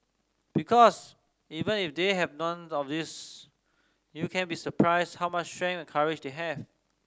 because even if they have none of those you can be surprised how much strength and courage they have